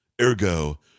Ergo